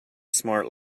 smart